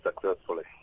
successfully